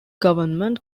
government